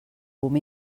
boom